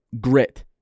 grit